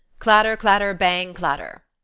clatter, clatter, bang, clatter!